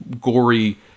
gory